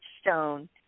stone